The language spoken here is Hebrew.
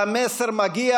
והמסר מגיע,